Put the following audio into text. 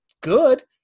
good